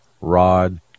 rod